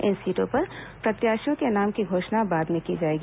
इन सीटों पर प्रत्याशियों के नामों की घोषणा बाद में की जाएगी